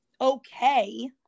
okay